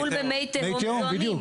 טיפול במי תהום מזוהמים.